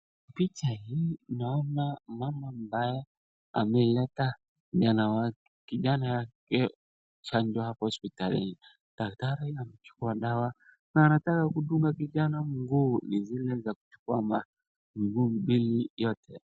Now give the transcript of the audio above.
Picha hii naona mama ambaye ameleta kijana kupewa chanjo hapo hospitalini. Daktari amechukua dawa na anataka kudunga kijana mguu ni zile za kuchukuliwa kwa mguu.